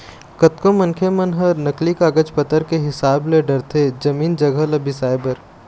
कतको मनखे मन ह नकली कागज पतर के हिसाब ले डरथे जमीन जघा ल बिसाए बर